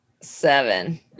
seven